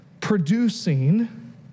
producing